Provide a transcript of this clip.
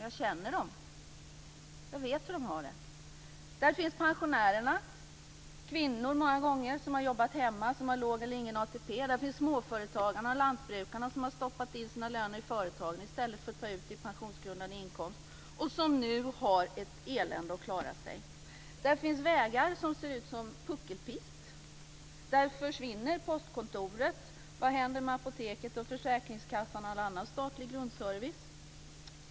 Jag känner henne och vet hur hon har det. Där finns pensionärerna, kvinnor som har jobbat hemma och som har låg eller ingen ATP. Där finns småföretagarna, lantbrukarna, som har stoppat in sina löner i företaget i stället för att ta ut dem i pensionsgrundande inkomst. De har nu ett elände att klara sig. Där finns vägar som ser ut som puckelpister.